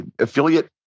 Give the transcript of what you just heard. Affiliate